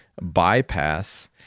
bypass